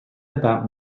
about